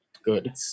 Good